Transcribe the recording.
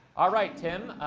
all right, tim.